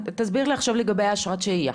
תסביר לי עכשיו לגבי אשרת שהייה.